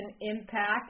Impact